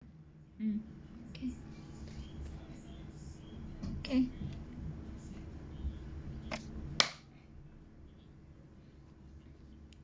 okay okay